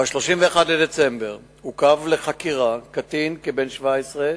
ב-31 בדצמבר עוכב לחקירה קטין כבן 17,